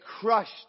crushed